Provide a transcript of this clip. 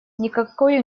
никакой